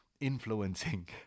influencing